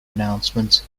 announcement